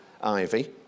Ivy